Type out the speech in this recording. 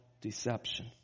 deception